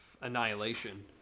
Annihilation